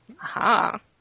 Aha